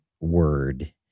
word